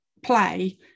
play